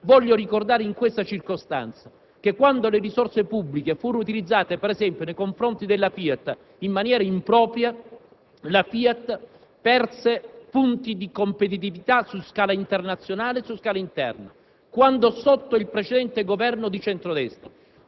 Voglio ricordare in questa circostanza che quando le risorse pubbliche furono utilizzate per esempio nei confronti della FIAT in maniera impropria, la FIAT perse punti di competitività su scala internazionale ed interna, quando sotto il precedente Governo di centro-destra